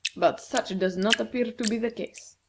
but such does not appear to be the case.